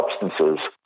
substances